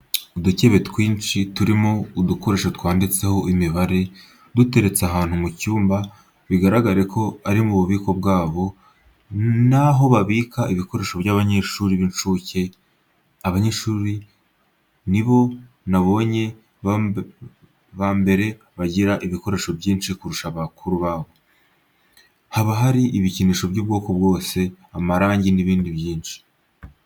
Udukebe twinshi turimo udukoresho twanditseho imibare duteretse ahantu mu cyumba bigaragare ko ari mu bubiko bwabo, ni ho babika ibikoresho by'abanyeshuri b'inshuke, aba banyeshuri ni bo nabonye bambere bagira ibikoresho byinshi kurusha bakuru babo, haba hari ibikinisho by'ubwoko bwose, amarangi n'ibindi byinshi.